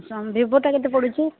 ସମ୍ ଭିଭୋଟା କେତେ ପଡ଼ୁଛି